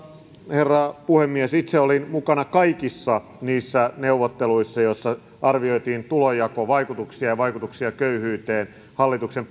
herra puhemies itse olin mukana kaikissa niissä neuvotteluissa joissa arvioitiin tulonjakovaikutuksia ja vaikutuksia köyhyyteen hallituksen